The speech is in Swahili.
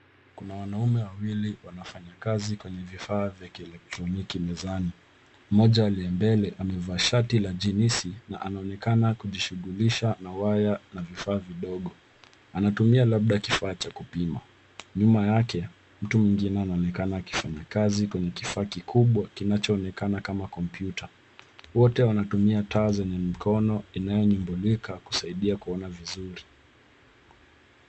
Kuna wanaume wawili wanafanya kazi kwenye vifaa vya kielektroniki mezani. Mmoja aliye mbele amevaa shati la jeans na anaonekana kujishighulisha na waya na vifaa vidogo, anatumia labda kifaa cha kupima. Nyuma yake, mtu mwingine anaonekana akifanya kazi kwenye kifaa kikubwa kinachoonekana kama kompyuta. Wote wanatumia taa zenye mikono inayonyumbulika kusaidia kuona vizuri.